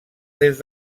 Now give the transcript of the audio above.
des